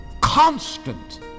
Constant